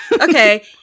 okay